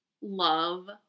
love